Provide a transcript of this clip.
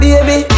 Baby